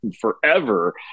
forever